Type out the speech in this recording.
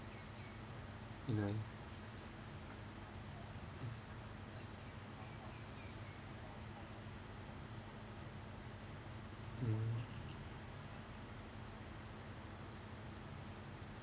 you know mm